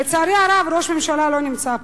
לצערי הרב, ראש הממשלה לא נמצא פה,